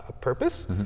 purpose